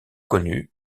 connu